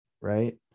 right